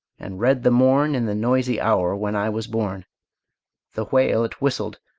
and red the morn, in the noisy hour when i was born the whale it whistled,